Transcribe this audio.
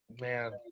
Man